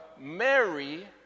Mary